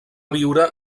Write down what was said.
viure